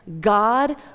God